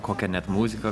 kokią net muziką